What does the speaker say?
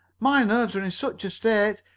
my nerves are in such a state!